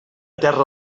terra